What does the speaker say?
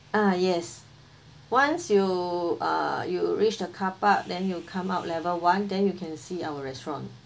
ah yes once you uh you reach the carpark then you come out level one then you can see our restaurant